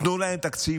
תנו להם תקציב,